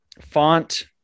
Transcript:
Font